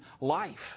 life